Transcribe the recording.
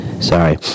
sorry